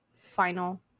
final